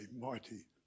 mighty